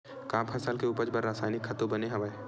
का फसल के उपज बर रासायनिक खातु बने हवय?